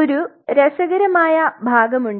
ഒരു രസകരമായ ഭാഗമുണ്ട്